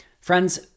Friends